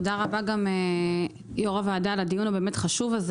תודה רבה ליו"ר הוועדה על הדיון החשוב הזה.